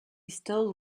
stole